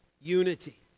unity